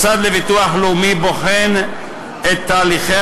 המוסד לביטוח לאומי בוחן את תהליכי